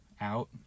out